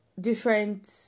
different